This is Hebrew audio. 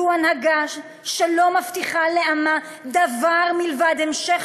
זו הנהגה שלא מבטיחה לעמה דבר מלבד המשך